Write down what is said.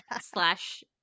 slash